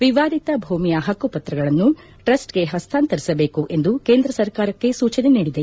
ವಿವಾದಿತ ಭೂಮಿಯ ಹಕ್ಕುಪತ್ರಗಳನ್ನು ಟ್ರಸ್ಟ್ಗೆ ಹಸ್ತಾಂತರಿಸಬೇಕು ಎಂದು ಕೇಂದ್ರ ಸರ್ಕಾರಕ್ಷೆ ಸೂಚನೆ ನೀಡಿದೆ